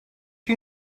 you